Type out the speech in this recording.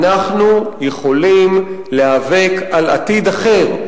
אנחנו יכולים להיאבק על עתיד אחר.